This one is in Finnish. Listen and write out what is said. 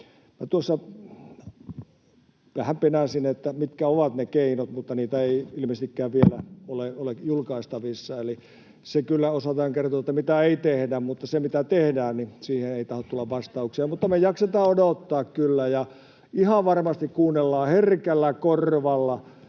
tuossa vähän penäsin, että mitkä ovat ne keinot, mutta ne eivät ilmeisestikään vielä ole julkaistavissa. Eli se kyllä osaltaan kertoo, mitä ei tehdä, mutta siihen, mitä tehdään, ei tahdo tulla vastauksia, mutta me jaksetaan odottaa kyllä. Ja ihan varmasti kuunnellaan herkällä korvalla,